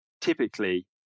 typically